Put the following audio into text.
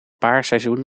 paarseizoen